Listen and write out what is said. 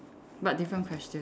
but different question